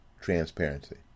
transparency